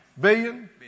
Billion